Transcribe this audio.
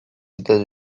états